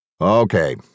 Okay